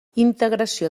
integració